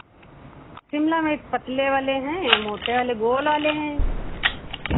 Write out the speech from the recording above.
शिमला मिर्च पतले वाले हैं मोटे वाले गोल वाले हैं